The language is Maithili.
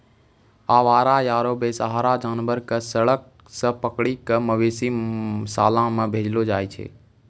आवारा आरो बेसहारा जानवर कॅ सड़क सॅ पकड़ी कॅ मवेशी शाला मॅ भेजलो जाय छै